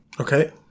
Okay